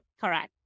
Correct